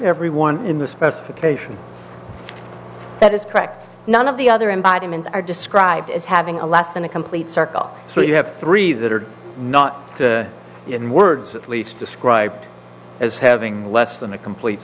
every one in the specification that is correct none of the other embodiments are described as having a less than a complete circle so you have three that are not in words at least described as having less than a complete